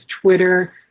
Twitter